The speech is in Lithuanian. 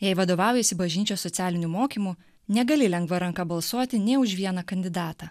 jei vadovaujiesi bažnyčios socialiniu mokymu negali lengva ranka balsuoti nė už vieną kandidatą